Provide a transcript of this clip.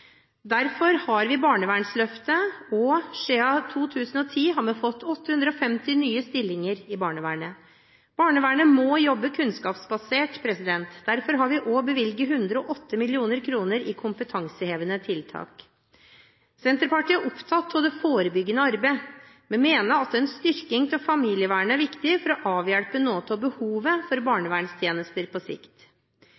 Derfor har vi barnevernsløftet, og siden 2010 har vi fått 850 nye stillinger i barnevernet. Barnevernet må jobbe kunnskapsbasert, og derfor har vi også bevilget 108 mill. kr til kompetansehevende tiltak. Senterpartiet er opptatt av det forebyggende arbeidet. Vi mener at en styrking av familievernet er viktig for å avhjelpe noe av behovet for